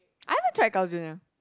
I haven't tried Carl's Junior